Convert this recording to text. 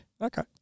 Okay